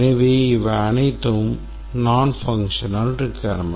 எனவே இவை அனைத்தும் nonfunctional requirements